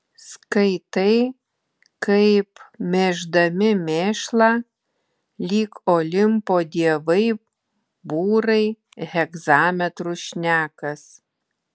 skaitai kaip mėždami mėšlą lyg olimpo dievai būrai hegzametru šnekas